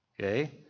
okay